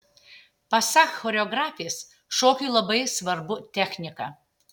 pasak choreografės šokiui labai svarbu technika